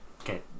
Okay